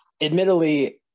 admittedly